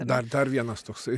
dar dar vienas toksai